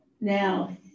Now